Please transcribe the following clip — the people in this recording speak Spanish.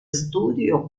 estudio